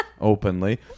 openly